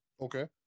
Okay